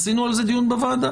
עשינו על זה דיון בוועדה.